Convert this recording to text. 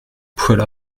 poids